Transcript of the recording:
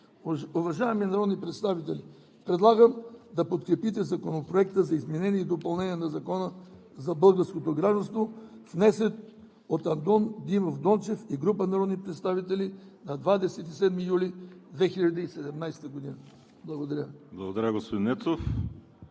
Уважаеми народни представители, предлагам да подкрепите Законопроекта за изменение и допълнение на Закона за българското гражданство, внесен от Андон Димов Дончев и група народни представители на 27 юли 2017 г. Благодаря Ви.